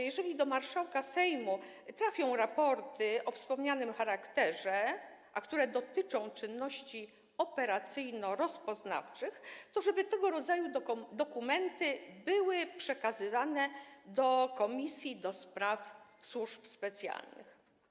Jeżeli do marszałka Sejmu trafią raporty o wspomnianym charakterze, które dotyczą czynności operacyjno-rozpoznawczych, to chodzi o to, żeby tego rodzaju dokumenty były przekazywane do Komisji do Spraw Służb Specjalnych.